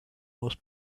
most